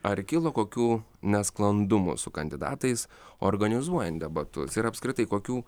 ar kilo kokių nesklandumų su kandidatais organizuojant debatus ir apskritai kokių